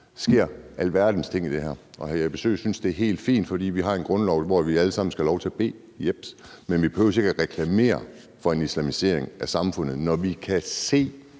sker alverdens ting i det her, og hr. Jeppe Søe synes, det er helt fint, fordi vi har en grundlov, hvorefter vi alle sammen skal have lov til at bede. Jeps, men vi behøver ikke at reklamere for en islamisering af samfundet, når vi kan se,